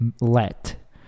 Let